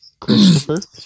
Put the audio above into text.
Christopher